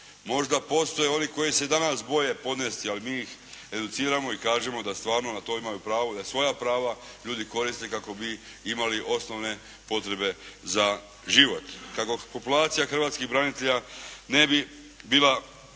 Možda postoje oni koji danas se boje podnesti, ali mi ih educiramo i kažemo da stvarno na to imaju pravo, da svoja prava ljudi koriste kako bi imali osnovne potrebe za život. Kako populacija hrvatskih branitelja ne bi bila